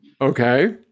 Okay